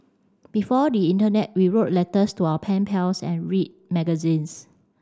before the internet we wrote letters to our pen pals and read magazines